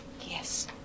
Yes